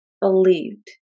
believed